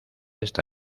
esta